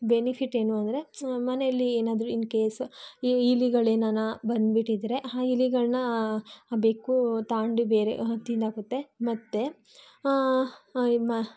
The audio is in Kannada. ಬೆನಿಫಿಟ್ ಏನು ಅಂದರೆ ಮನೆಯಲ್ಲಿ ಏನಾದ್ರೂ ಇನ್ ಕೇಸ್ ಇವು ಇಲಿಗಳೇನಾದ್ರೂ ಬಂದ್ಬಿಟ್ಟಿದ್ರೆ ಆ ಇಲಿಗಳನ್ನ ಬೆಕ್ಕು ತಾಂಡ್ ಬೇರೆ ತಿಂದಾಕುತ್ತೆ ಮತ್ತೆ ಮ